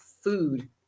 food